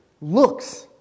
looks